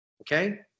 Okay